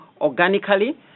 organically